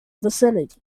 vicinity